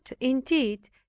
indeed